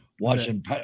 watching